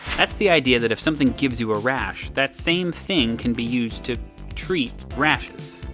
that's the idea that if something gives you a rash, that same thing can be used to treat rashes.